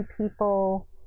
people